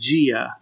Gia